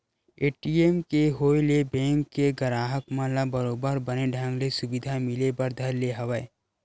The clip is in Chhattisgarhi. ए.टी.एम के होय ले बेंक के गराहक मन ल बरोबर बने ढंग ले सुबिधा मिले बर धर ले हवय